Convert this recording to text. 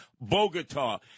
Bogota